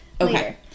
Okay